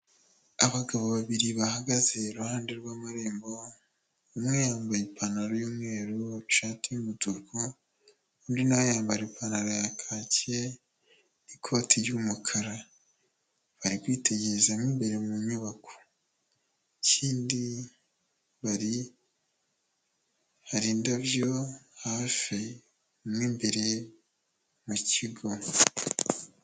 Abagabo babiri bahagaze iruhande rw'amarembo, umwe yambaye ipantaro y'umweru, ishati y'umutuku, undi nawe yambara ipantaro ya kaki, n'ikoti ry'umukara, bari kwitegereza mo imbere mu nyubako, ikindi hari indabyo hafi mo imbere mu kigo.